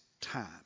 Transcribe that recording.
time